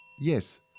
Yes